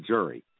Jury